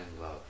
love